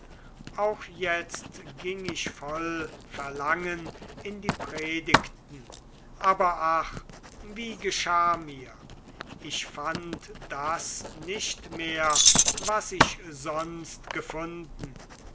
auch jetzt ging ich voll verlangen in die predigten aber ach wie geschah mir ich fand das nicht mehr was ich sonst gefunden